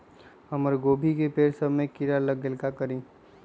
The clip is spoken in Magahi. हमरा गोभी के पेड़ सब में किरा लग गेल का करी?